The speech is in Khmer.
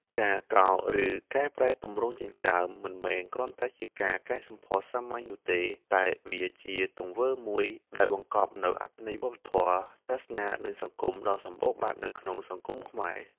ការកោរ ឬកែប្រែទម្រង់រោមចិញ្ចើម មិនមែនគ្រាន់តែជាការកែសម្ផស្សសាមញ្ញនោះទេ តែវាជាទង្វើមួយដែលបង្កប់នូវអត្ថន័យវប្បធម៌ សាសនា និងសង្គមដ៏សម្បូរបែបនៅក្នុងសង្គមខ្មែរ។